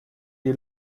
die